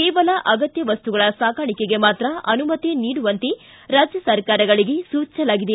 ಕೇವಲ ಅಗತ್ತ ವಸ್ತುಗಳ ಸಾಗಾಣಿಕೆಗೆ ಮಾತ್ರ ಅನುಮತಿ ನೀಡುವಂತೆ ರಾಜ್ಯ ಸರ್ಕಾರಗಳಿಗೆ ಸೂಚಿಸಲಾಗಿದೆ